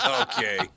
Okay